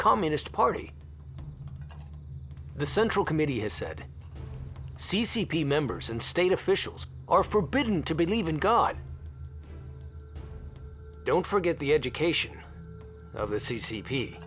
communist party the central committee has said c c p members and state officials are forbidden to believe in god don't forget the education of the c c p